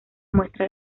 muestra